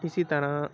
اسی طرح